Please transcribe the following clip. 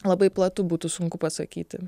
labai platu būtų sunku pasakyti